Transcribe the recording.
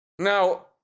Now